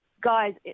guys